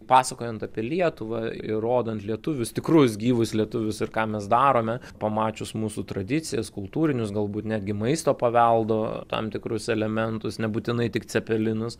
pasakojant apie lietuvąir rodant lietuvius tikrus gyvus lietuvius ir ką mes darome pamačius mūsų tradicijas kultūrinius galbūt netgi maisto paveldo tam tikrus elementus nebūtinai tik cepelinus